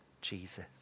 Jesus